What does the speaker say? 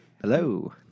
hello